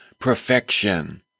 perfection